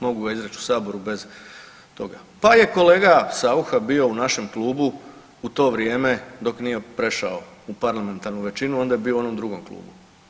Mogu ga izreći u Saboru bez toga, pa je kolega Saucha bio u našem Klubu u to vrijeme dok nije prešao u parlamentarnu većinu, onda je bio u onom drugom Klubu.